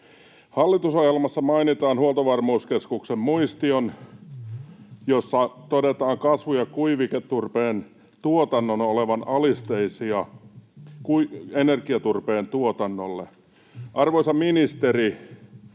Hallitusohjelmassa mainitaan Huoltovarmuuskeskuksen muistio, jossa todetaan kasvu- ja kuiviketurpeen tuotannon olevan alisteisia energiaturpeen tuotannolle. Arvoisa ministeri,